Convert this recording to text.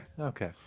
Okay